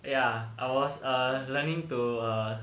ya I was a learning to uh